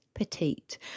Petite